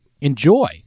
enjoy